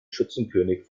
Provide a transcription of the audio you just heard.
schützenkönig